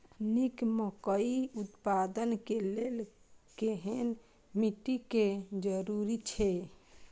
निक मकई उत्पादन के लेल केहेन मिट्टी के जरूरी छे?